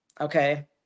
Okay